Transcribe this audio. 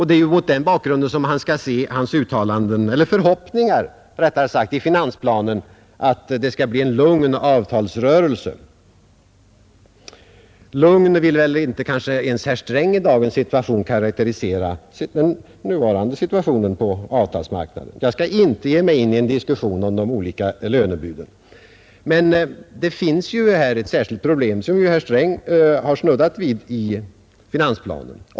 Det är mot den bakgrunden som hans förhoppningar i finansplanen om en lugn avtalsrörelse skall ses. Såsom lugn vill väl inte ens herr Sträng karakterisera den nuvarande situationen på avtalsmarknaden. Jag skall inte ge mig in i en diskussion om de olika lönebuden. Men det finns ett särskilt problem i detta sammanhang som herr Sträng har snuddat vid i finansplanen.